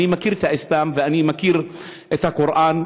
אני מכיר את האסלאם ואני מכיר את הקוראן,